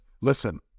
listen